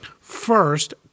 First